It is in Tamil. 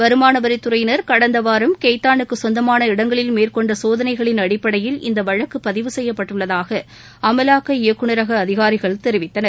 வருமான வரி துறையினர் கடந்த வாரம் திரு கெய்தானுக்க சொந்தமான இடங்களில் மேற்கொண்ட சோதனைகளின் அடிப்படையில் இந்த வழக்கு பதிவு செய்யப்பட்டுள்ளதாக அமவாக்க இயக்குனரக அதிகாரிகள் தெரிவித்தனர்